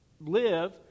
live